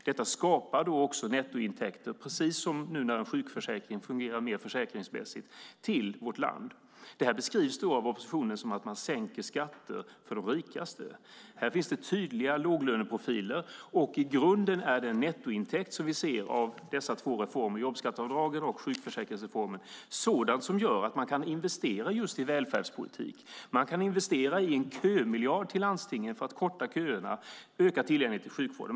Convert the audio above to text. Detta skapar nettointäkter, precis som när en sjukförsäkring fungerar mer försäkringsmässigt, till vårt land. Det här beskrivs av oppositionen som att sänka skatter för de rikaste. Här finns tydliga låglöneprofiler. I grunden är den nettointäkt som vi kan se av de två reformerna, jobbskatteavdragen och sjukförsäkringsreformen, sådan att vi kan investera i välfärdspolitik. Man kan investera i en kömiljard till landstingen för att korta köerna och öka tillgängligheten till sjukvården.